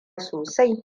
sosai